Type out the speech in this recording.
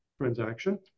transaction